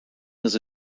his